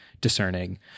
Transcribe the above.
discerning